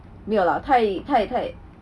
没有啦太太太